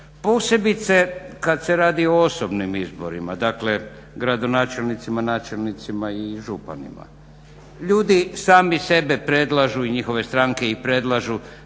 posebice kada se radi o osobni izborima, dakle gradonačelnicima, načelnicima i županima. Ljudi sami sebe predlažu i njihove stranke ih predlažu